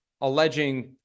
alleging